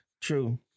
true